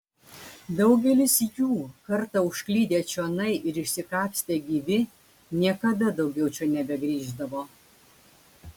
daugelis jų kartą užklydę čionai ir išsikapstę gyvi niekada daugiau čia nebegrįždavo